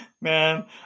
Man